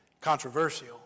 controversial